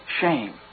shame